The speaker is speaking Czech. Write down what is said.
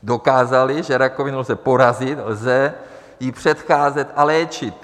Dokázali, že rakovinu lze porazit, lze jí předcházet a léčit.